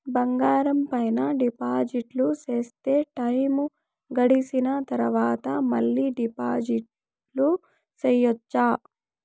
బంగారం పైన డిపాజిట్లు సేస్తే, టైము గడిసిన తరవాత, మళ్ళీ డిపాజిట్లు సెయొచ్చా?